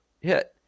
hit